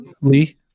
Lee